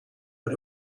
but